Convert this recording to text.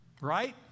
Right